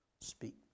speak